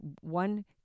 one